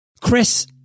Chris